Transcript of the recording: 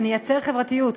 וניצור חברתיות,